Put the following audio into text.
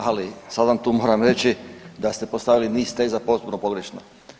Ali sad vam tu moram reći, da ste postavili niz teza potpuno pogrešno.